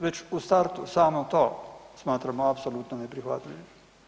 Već u startu samo to smatramo apsolutno neprihvatljivim.